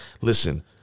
listen